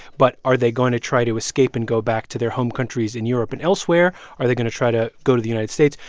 but are they going to try to escape and go back to their home countries in europe and elsewhere? are they going to try to go to the united states?